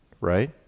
right